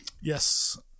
Yes